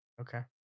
Okay